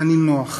הנינוח.